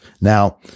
Now